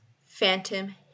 Phantom